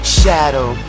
shadow